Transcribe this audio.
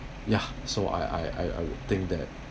ya so I I I I would think that